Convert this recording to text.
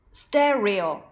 ,stereo